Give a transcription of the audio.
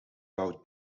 bouwt